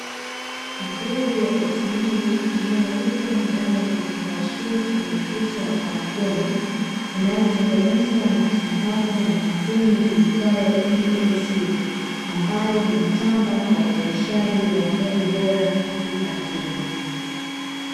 Mbegu ya kotmiri inayouzwa ndani ya kifungashio chenye uzito wa gramu kumi, inayotengenezwa kusambazwa na kampuni iitwayo EASeed ambayo hujitamba kwa uzalishaji wa mbegu bora Afrika nzima.